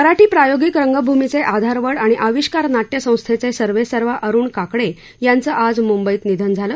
मराठी प्रायोगिक रंगभूमीचे आधारवड आणि अविष्कार नाट्यसंथेचे सर्वेसर्वा अरुण काकडे यांचं आज मुंबईत निधन झालं